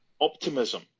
optimism